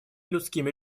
людскими